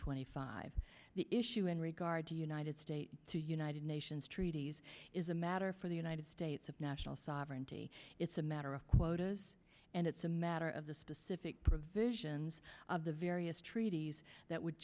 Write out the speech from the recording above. twenty five the issue in regard to united states to united nations treaties is a matter for the united states of national sovereignty it's a matter of quotas and it's a matter of the specific provisions of the various treaties that would